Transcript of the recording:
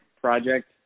project